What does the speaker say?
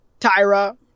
Tyra